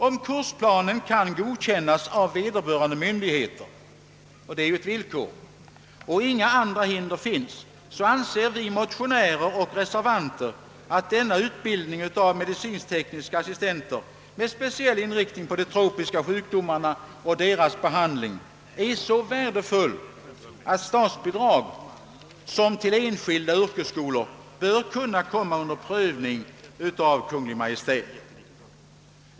Om kursplanen kan godkännas av vederbörande myndigheter — det är ju ett villkor — och inga andra hinder finns, så anser vi motionärer och reservanter att denna utbildning av medicinskt-tekniska assistenter med speciell inriktning på de tropiska sjukdomarna och deras behandling är så värdefull, att frågan om statsbidrag på samma sätt som anslag till enskilda yrkesskolor bör prövas av Kungl. Maj:t. Herr talman!